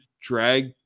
drag